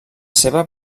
seva